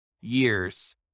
years